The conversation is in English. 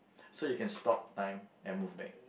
so you can stop time and move back